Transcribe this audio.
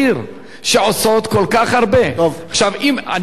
אני אומר שוב: אני לא עושה את זה ביחצנות, כן?